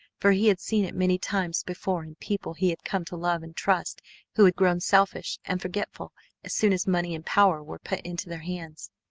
for he had seen it many times before in people he had come to love and trust who had grown selfish and forgetful as soon as money and power were put into their hands.